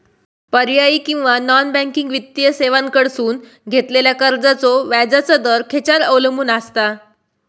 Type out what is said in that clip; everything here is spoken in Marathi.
पर्यायी किंवा नॉन बँकिंग वित्तीय सेवांकडसून घेतलेल्या कर्जाचो व्याजाचा दर खेच्यार अवलंबून आसता?